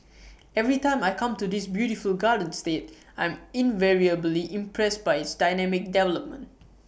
every time I come to this beautiful garden state I'm invariably impressed by its dynamic development